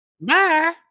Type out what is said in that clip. Bye